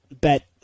bet